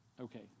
Okay